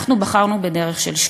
אנחנו בחרנו בדרך של שקיפות.